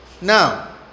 Now